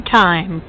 time